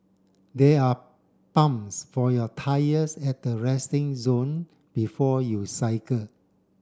there are pumps for your tyres at the resting zone before you cycle